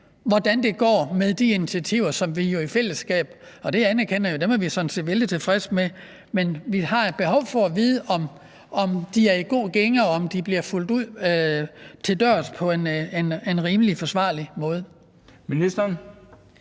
hvordan det går med de initiativer, som vi jo har taget i fællesskab – det anerkender jeg, og dem er vi sådan set vældig tilfredse med. Men vi har behov for at vide, om de er i god gænge, og om de bliver fulgt til dørs på en rimelig og forsvarlig måde. Kl.